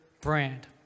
brand